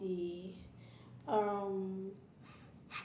the um